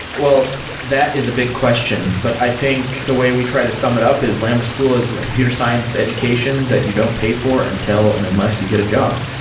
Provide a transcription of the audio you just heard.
well, that is a big question, but i think the way we try to sum it up is lambda school is a computer science education that you don't pay for until and unless you get a job.